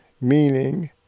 Meaning